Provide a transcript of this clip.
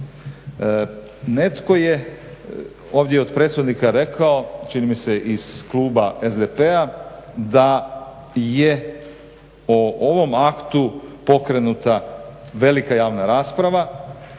Netko je ovdje od prethodnika rekao čini mi se iz kluba SDP-a da je o ovom aktu pokrenuta velika javna rasprava